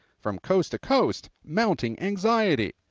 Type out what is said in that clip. from coast to coast, mounting anxiety.